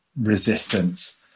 resistance